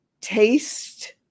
taste